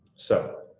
so,